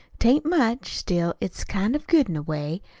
tain't much still, it's kind of good, in a way.